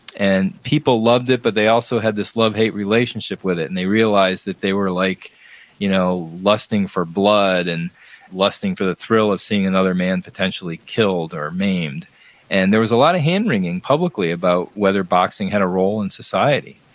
and people loved it, but they also had this love hate relationship with it, and they realized that they were like you know lusting for blood and lusting for the thrill of seeing another man potentially killed or maimed and there was a lot of hand-wringing publicly about whether boxing had a role in society.